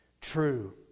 true